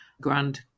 grand